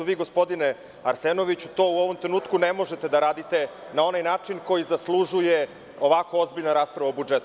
Vi, gospodine Arsenoviću, u ovom trenutku ne možete da radite na onaj način koji zaslužuje ovako ozbiljna rasprava o budžetu.